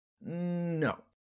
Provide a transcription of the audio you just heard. No